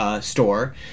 store